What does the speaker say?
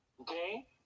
Okay